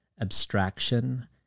abstraction